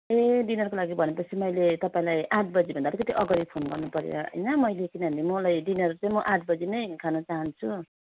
ए डिनरको लागि भनेपछि मैले तपाईँलाई आठ बजीभन्दा अलिकति अगाडि फोन गर्नुपर्यो होइन मैले किनभने मलाई डिनर चाहिँ म आठबजी नै खानु चाहन्छु